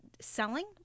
selling